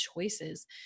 choices